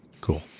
cool